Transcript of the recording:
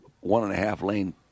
one-and-a-half-lane